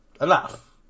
enough